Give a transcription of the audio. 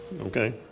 Okay